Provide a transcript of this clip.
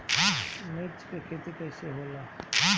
मिर्च के खेती कईसे होला?